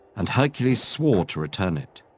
and hercules swore to return it.